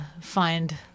find